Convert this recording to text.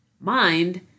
Mind